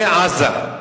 זה עזה.